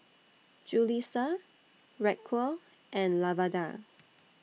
Julisa Racquel and Lavada